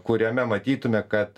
kuriame matytume kad